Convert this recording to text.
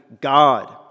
God